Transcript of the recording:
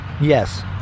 Yes